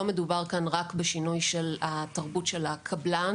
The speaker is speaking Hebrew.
לא מדובר כאן רק בשינוי של תרבות הקבלן